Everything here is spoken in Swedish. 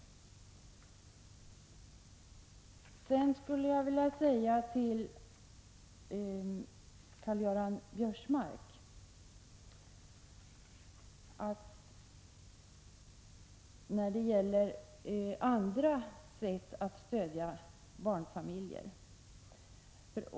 Jag skulle sedan vilja säga en sak till Karl-Göran Biörsmark när det gäller andra sätt att stödja barnfamiljer.